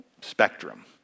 spectrum